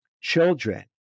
children